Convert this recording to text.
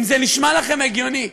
אם זה נשמע לכם הגיוני.